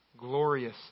glorious